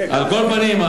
על כל פנים,